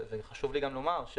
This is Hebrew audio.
וחשוב לי גם לומר,